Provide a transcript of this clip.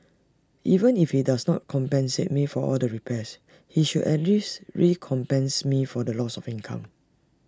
even if he does not compensate me for all the repairs he should at least recompense me for loss of income